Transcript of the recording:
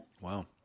wow